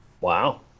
Wow